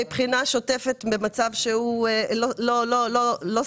מבחינה שוטפת אנחנו נמצאים במצב שהוא לא סביר.